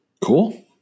Cool